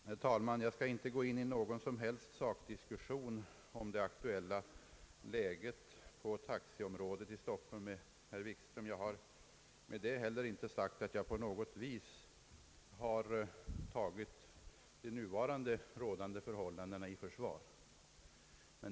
Herr talman! Jag skall inte gå in i någon sakdiskussion med herr Wikström angående det aktuella läget på taxiområdet i Stockholm, men därmed har jag inte sagt att jag på något vis tagit de nu rådande förhållandena i försvar.